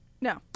no